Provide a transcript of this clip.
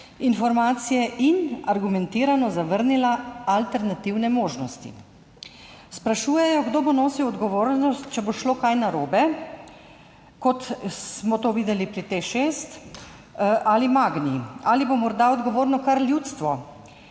informacije in argumentirano zavrnila alternativne možnosti. Sprašujejo, kdo bo nosil odgovornost, če bo šlo kaj narobe, kot smo to videli pri Teš 6 ali Magni. Ali bo morda odgovorno kar ljudstvo,